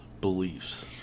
beliefs